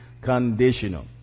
conditional